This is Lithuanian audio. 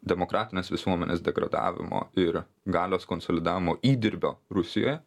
demokratinės visuomenės degradavimo ir galios konsolidavimo įdirbio rusijoje